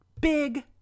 big